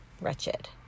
wretched